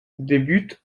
débute